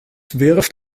wirft